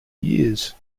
years